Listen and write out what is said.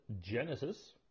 Genesis